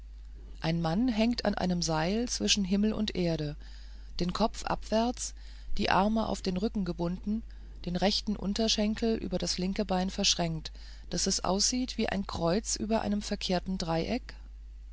ein mann hängt an einem seil zwischen himmel und erde den kopf nach abwärts die arme auf den rücken gebunden den rechten unterschenkel über das linke bein verschränkt daß es aussieht wie ein kreuz über einem verkehrten dreieck